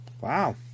Wow